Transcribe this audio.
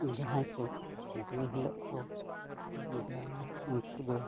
ᱡᱟᱦᱟᱸᱭ ᱠᱚ ᱫᱤᱱ ᱦᱤᱞᱳᱜ ᱠᱚ ᱵᱮᱭᱟᱢᱟ ᱩᱱᱠᱩ ᱫᱚ